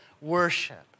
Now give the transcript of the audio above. worship